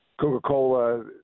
Coca-Cola